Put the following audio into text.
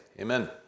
Amen